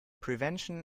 prevention